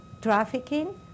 Trafficking